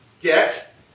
get